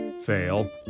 Fail